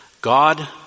God